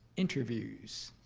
interviews.